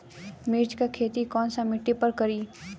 मिर्ची के खेती कौन सा मिट्टी पर करी?